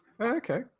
Okay